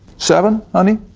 seven. and